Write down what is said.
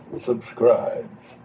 subscribes